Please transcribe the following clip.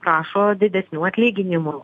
prašo didesnių atlyginimų